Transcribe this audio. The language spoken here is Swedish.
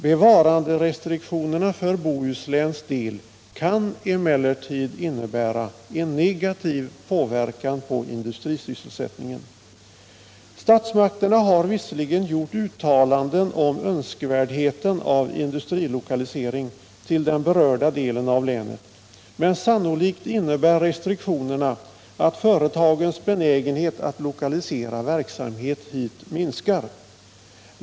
Bevaranderestriktionerna för Bohusläns del kan emellertid innebära 7 en negativ påverkan på industrisysselsättningen. Statsmakterna har visserligen gjort uttalanden om önskvärdheten av industrilokalisering till den berörda delen av länet, men sannolikt innebär restriktionerna att företagens benägenhet att lokalisera verksamhet hit minskar.